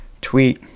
tweet